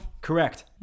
correct